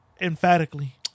emphatically